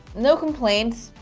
no complaints,